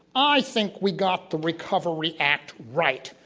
i think we got the recovery act right.